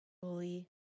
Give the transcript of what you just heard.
fully